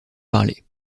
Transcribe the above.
parler